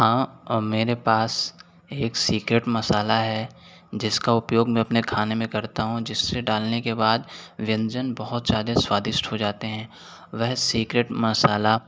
हाँ मेरे पास एक सीक्रेट मसाला है जिसका उपयोग मैं अपने खाने में करता हूँ जिससे डालने के बाद व्यंजन बहुत स्वादिष्ट स्वादिष्ट हो जाते हैं वह सीक्रेट मसाला